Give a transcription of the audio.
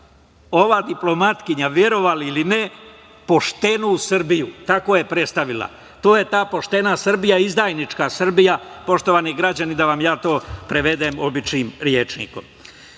ova diplomatkinja, verovali ili ne, poštenu Srbiju, tako je predstavila. To je ta poštena Srbija, izdajnička Srbija, poštovani građani, da vam ja to prevedem običnim rečnikom. Na